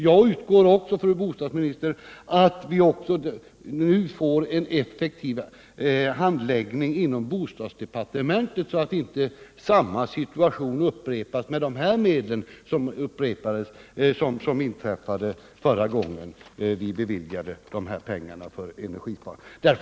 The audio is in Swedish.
Jag utgår också, fru bostadsminister, från att vi nu får en effektiv handläggning inom bostadsdepartementet, så att inte samma situation upprepas med dessa medel som den som inträffade förra gången när vi beviljade pengar för information om energisparande.